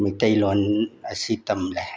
ꯃꯤꯇꯩ ꯂꯣꯅ ꯑꯁꯤ ꯇꯝꯂꯦ